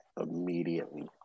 immediately